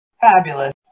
fabulous